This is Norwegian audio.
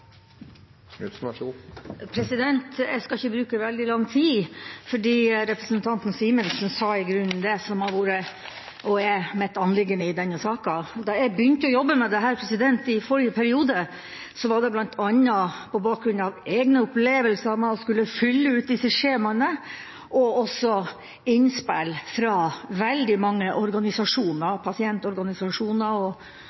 Simensen sa i grunnen det som har vært, og er, mitt anliggende i denne saken. Da jeg begynte å jobbe med dette i forrige periode, var det bl.a. på bakgrunn av egne opplevelser med å skulle fylle ut disse skjemaene, og også innspill fra veldig mange organisasjoner – pasientorganisasjoner, Pensjonistforbundet og